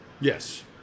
Yes